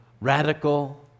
radical